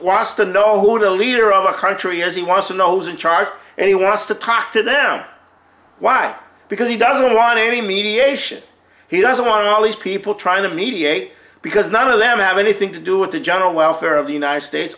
wise to know who the leader of a country is he wants to know who's in charge and he wants to talk to them why because he doesn't want any mediation he doesn't want all these people trying to mediate because none of them have anything to do with the general welfare of the united states